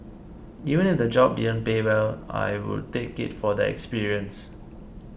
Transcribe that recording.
even if the job didn't pay well I would take it for the experience